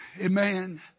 amen